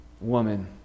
Woman